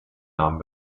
namen